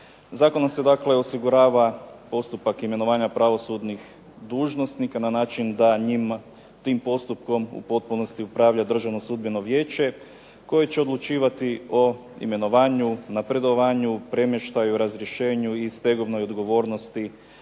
Zakonom se dakle osigurava postupak imenovanja pravosudnih dužnosnika na način da njima tim postupkom u potpunosti upravlja Državno sudbeno vijeće koje će odlučivati o imenovanju, napredovanju, premještaju, razrješenju i stegovnoj odgovornosti